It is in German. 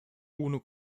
ohne